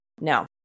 no